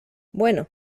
bueno